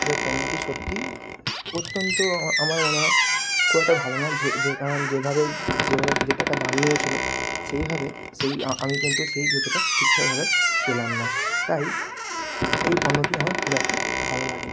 ফেরত পণ্যটি সত্যি অত্যন্ত আমার মনে হয় খুব একটা ভালো নয় যে যে কারণ যেইভাবে যেভাবে যে টাকা দাম নিয়েছিল সেইভাবে সেই আমি কিন্তু সেই জুতোটা ঠিকঠাকভাবে পেলাম না তাই এই পণ্যটি আমার খুব একটা ভালো লাগেনি